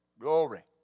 glory